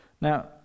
Now